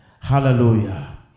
Hallelujah